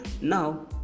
now